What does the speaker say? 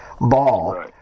ball